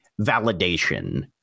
validation